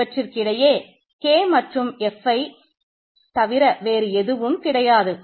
இவற்றிற்கிடையே K மற்றும் Fயை எதுவும் தவிர வேறு எதுவும் கிடையாது